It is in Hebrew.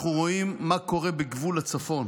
אנחנו רואים מה קורה בגבול הצפון.